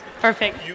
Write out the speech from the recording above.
Perfect